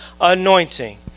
anointing